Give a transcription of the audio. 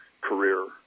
career